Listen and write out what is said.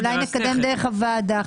אולי נקדם חקיקה פרטית דרך הוועדה.